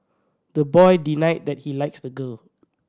the boy denied that he likes the girl